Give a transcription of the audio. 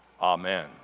Amen